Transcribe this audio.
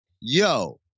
yo